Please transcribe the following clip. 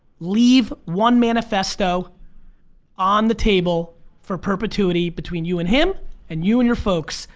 leave one manifesto on the table for perpetuity between you and him and you and your folks,